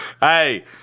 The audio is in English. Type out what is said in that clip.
Hey